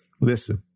Listen